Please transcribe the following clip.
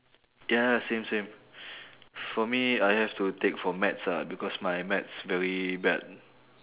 ya lah same same for me I have to take for maths ah because my maths very bad